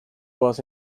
was